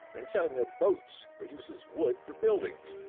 then selling their boats for use as wood for buildings.